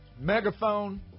megaphone